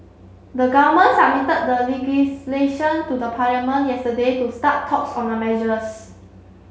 the government submitted the legislation to the Parliament yesterday to start talks on the measures